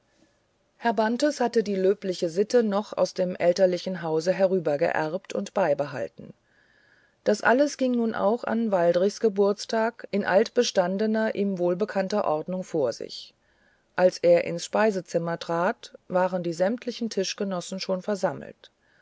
herr bantes hatte die löbliche sitte noch aus dem elterlichen hause herübergeerbt und beibehalten das alles ging nun auch an waldrichs geburtstage in altbestandener ihm wohlbekannter ordnung vor sich als er ins speisezimmer trat waren die sämtlichen tischgenossen schon versammelt